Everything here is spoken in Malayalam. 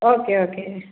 ഓക്കെ ഓക്കെ ആ